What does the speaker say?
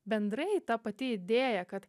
bendrai ta pati idėja kad